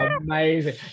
Amazing